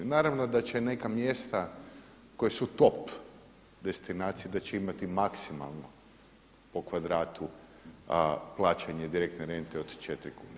Naravno da će neka mjesta koja su top destinacija da će imati maksimalno po kvadratu plaćanje direktne rente od 4 kune.